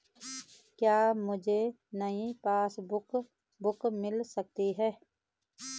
क्या मुझे नयी पासबुक बुक मिल सकती है?